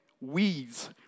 weeds